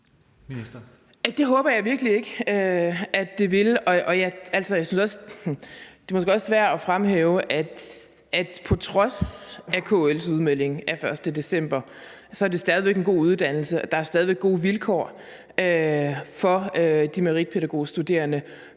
Det håber jeg virkelig ikke at det vil, og det er måske også værd at fremhæve, at det på trods af KL's udmelding af 1. december stadig væk er en god uddannelse, og at der stadig væk er gode vilkår for de meritpædagogstuderende.